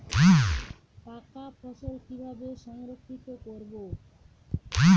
পাকা ফসল কিভাবে সংরক্ষিত করব?